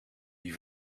die